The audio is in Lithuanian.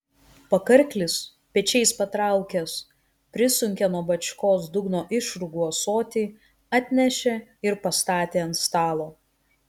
pakarklis pečiais patraukęs prisunkė nuo bačkos dugno išrūgų ąsotį atnešė ir pastatė ant stalo